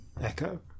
echo